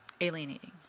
alienating